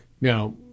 Now